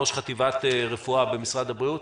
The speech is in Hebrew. ראש חטיבת רפואה במשרד הבריאות.